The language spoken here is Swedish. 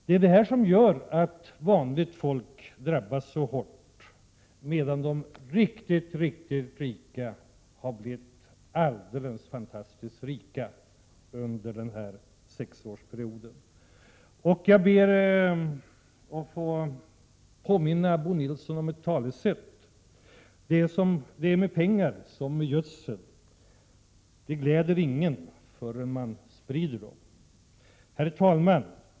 Det är detta som gör att vanligt folk drabbas så hårt, medan de riktigt, riktigt rika har blivit alldeles fantastiskt rika under den här sexårsperioden. Jag ber att få påminna Bo Nilsson om ett talesätt: Det är med pengar som med gödsel — de gläder ingen förrän man sprider dem. Herr talman!